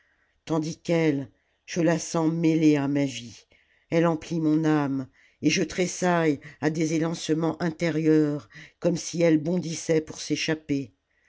tandis qu'elie je la sens mêlée à ma vie elle emplit mon âme et je tressaille à des élancements intérieurs comme si elle bondissait pour s'échapper